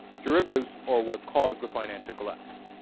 derivatives or what caused the financial collapse